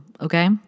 okay